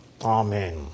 Amen